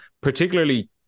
particularly